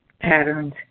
patterns